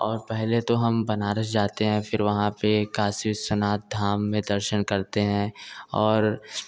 और पहले तो हम बनारस जाते हैं फिर वहाँ पर काशी विश्वनाथ धाम में दर्शन करते हैं और